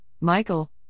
michael